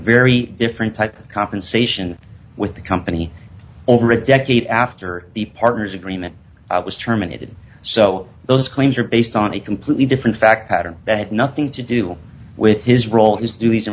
very different type of compensation with the company over a decade after the partners agreement was terminated so those claims are based on a completely different fact pattern that had nothing to do with his role as duties